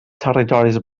territoris